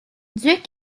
duke